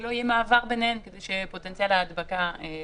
שלא יהיה מעבר ביניהן כדי שפוטנציאל ההדבקה לא יתממש.